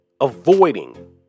avoiding